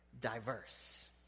diverse